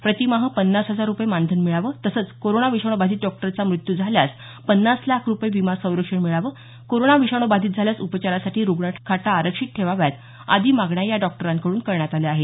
प्रतिमाह पन्नास हजार रुपये मानधन मिळावं तसंच कोरोना विषाणू बाधित डॉक्टराचा मृत्यू झाल्यास पन्नास लाख रूपये विमा संरक्षण मिळावं कोरोना बाधित झाल्यास उपचारासाठी रुग्णखाटा आरक्षित ठेवाव्यात आदी मागण्या या डॉक्टरांकडून करण्यात आल्या आहेत